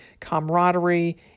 camaraderie